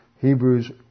Hebrews